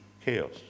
chaos